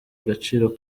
agaciro